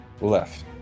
Left